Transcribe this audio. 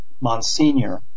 monsignor